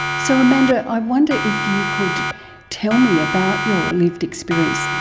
so amanda, i wonder if you could tell me about your lived experience.